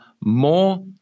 more